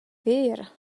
ver